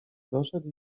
doszedł